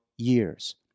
years